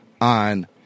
on